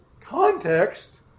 context